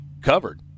covered